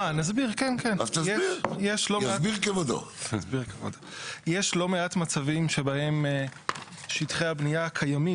יש לא מעט מצבים שבהם שטחי הבניה הקיימים,